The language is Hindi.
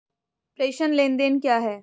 प्रेषण लेनदेन क्या है?